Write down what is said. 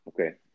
Okay